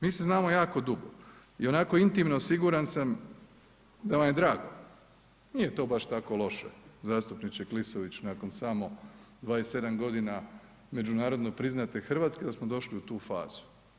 Mi se znamo jako dugo i onako intimno siguran sam da vam je drago, nije to baš tako loše zastupniče Klisović nakon samo 27.g. međunarodno priznate RH da smo došli u tu fazu.